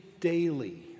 daily